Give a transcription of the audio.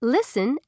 Listen